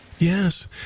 Yes